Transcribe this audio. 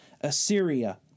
Assyria